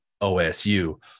OSU